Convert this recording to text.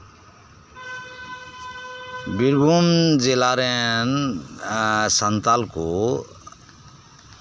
ᱵᱤᱨᱵᱷᱩᱢ ᱡᱮᱞᱟ ᱨᱮᱱ ᱥᱟᱱᱛᱟᱲ ᱠᱚ